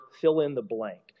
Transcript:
fill-in-the-blank